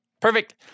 Perfect